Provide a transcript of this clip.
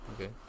Okay